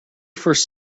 first